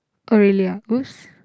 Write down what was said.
oh really ah !oops!